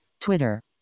Twitter